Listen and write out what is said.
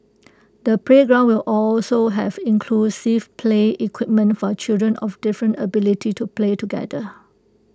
the playground will also have inclusive play equipment for children of different abilities to play together